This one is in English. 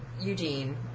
Eugene